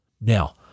Now